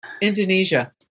Indonesia